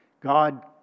God